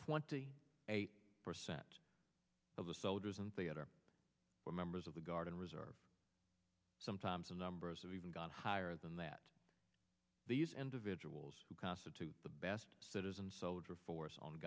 twenty eight percent of the soldiers in theater were members of the guard and reserve sometimes the numbers of even got higher than that these individuals who constitute the best citizen soldier force on